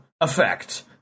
effect